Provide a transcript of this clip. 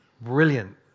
brilliant